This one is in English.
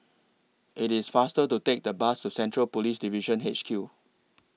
IT IS faster to Take The Bus to Central Police Division H Q